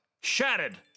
Shattered